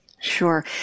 Sure